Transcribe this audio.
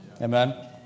Amen